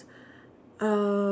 uh